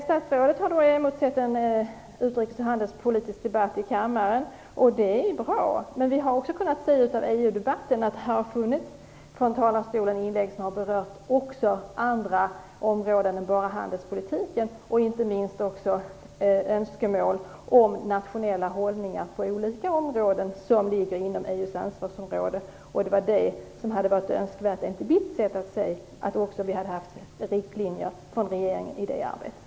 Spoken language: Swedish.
Statsrådet har emotsett en utrikes och handelspolitisk debatt i kammaren, och det är bra, men det har i EU-debatten förekommit inlägg som har berört också andra områden än bara handelspolitiken. Detta gäller inte minst önskemål om nationella hållningar på olika områden som ligger inom EU:s ansvarsområde. Enligt mitt sätt att se hade det varit önskvärt med riktlinjer från regeringen också i det arbetet.